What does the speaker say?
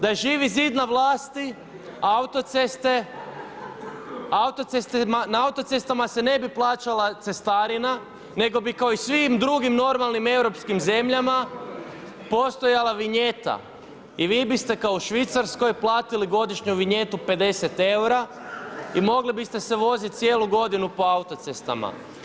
Da je Živi zid na vlasti na autocestama se ne bi plaćala cestarina, nego bi kao i u svim drugim normalnim europskim zemljama postojala vinjeta i vi biste kao u Švicarskoj platili godišnju vinjetu 50 eura i mogli biste se voziti cijelu godinu po autocestama.